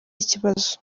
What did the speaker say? ikibazo